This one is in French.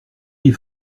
des